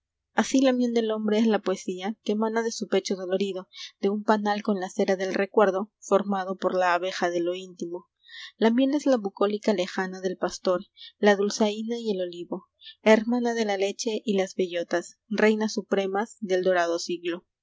asi la miel del hombre es la poesía que mana de su pecho dolorido de un panal con la cera del recuerdo formado por la abeja de lo íntimo a miel es la bucólica lejana del pastor la dulzaina y el olivo hermana de la leche y las bellotas reinas supremas del dorado siglo